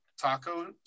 taco